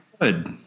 good